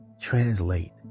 translate